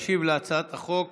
תשיב להצעת החוק